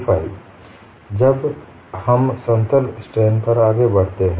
अब हम समतल स्ट्रेन पर आगे बढ़ते हैं